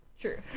true